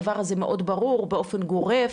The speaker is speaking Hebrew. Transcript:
הדבר הזה מאוד ברור, באופן גורף,